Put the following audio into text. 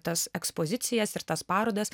tas ekspozicijas ir tas parodas